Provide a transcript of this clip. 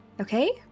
Okay